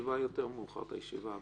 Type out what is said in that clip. הישיבה הבאה תתחיל יותר מאוחר, ענת.